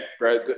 right